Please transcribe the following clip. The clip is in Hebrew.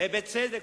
ובצדק.